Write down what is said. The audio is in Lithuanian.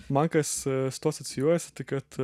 man kas su tuo asocijuojasi tai kad